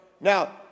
Now